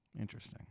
Interesting